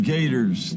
Gators